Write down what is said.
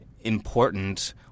important